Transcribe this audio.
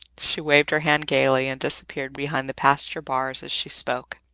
she waved her hand gayly and disappeared behind the pasture bars, as she spoke.